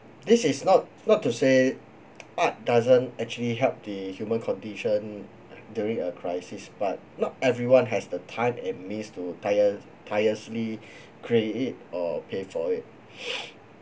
this is not not to say art doesn't actually help the human condition during a crisis but not everyone has the time and means to tire~ tirelessly create or pay for it